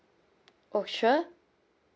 oh sure